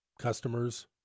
customers